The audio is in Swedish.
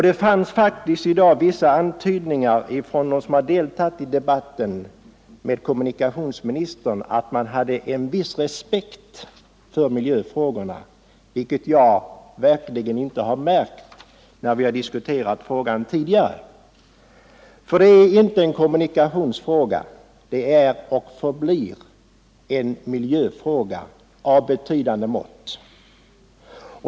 Det fanns faktiskt i dag vissa antydningar från dem som deltagit i debatten med kommunikationsministern, om Om bibehållande att de hade en viss respekt för miljöfrågorna, vilket jag verkligen inte av Bromma har märkt när vi har diskuterat detta spörsmål tidigare. Detta är inte flygplats en kommunikationsfråga — det är och förblir en miljöfråga av betydande mått.